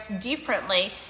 differently